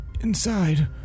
inside